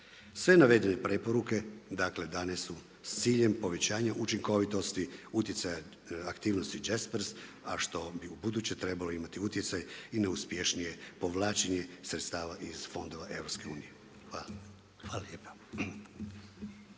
Sve navedene preporuke, dakle dane su s ciljem povećanja učinkovitosti utjecaja aktivnosti Jaspers, a što bi ubuduće trebalo imati utjecaj i na uspješnije povlačenje sredstava iz fondova EU. Hvala lijepa.